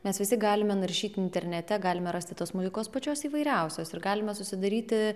mes visi galime naršyt internete galime rasti tos muzikos pačios įvairiausios ir galime susidaryti